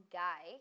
guy